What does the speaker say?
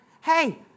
Hey